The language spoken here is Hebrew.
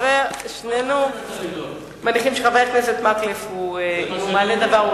שנינו מניחים שאם חבר הכנסת מקלב מעלה דבר,